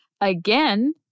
again